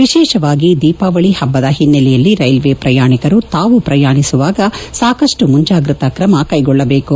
ವಿಶೇಷವಾಗಿ ದೀಪಾವಳಿ ಹಬ್ಬದ ಹಿನ್ನೆಲೆಯಲ್ಲಿ ರೈಲ್ವೆ ಪ್ರಯಾಣಿಕರು ತಾವು ಪ್ರಯಾಣಿಸುವಾಗ ಸಾಕಪ್ಪು ಮುಂಜಾಗ್ರತಾ ಕ್ರಮ ಕೈಗೊಳ್ಳಬೇಕು